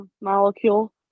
Molecule